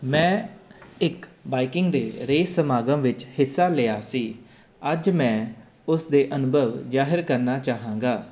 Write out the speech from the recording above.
ਮੈਂ ਇੱਕ ਬਾਈਕਿੰਗ ਦੇ ਰੇਸ ਸਮਾਗਮ ਵਿੱਚ ਹਿੱਸਾ ਲਿਆ ਸੀ ਅੱਜ ਮੈਂ ਉਸਦੇ ਅਨੁਭਵ ਜ਼ਾਹਰ ਕਰਨਾ ਚਾਹਾਂਗਾ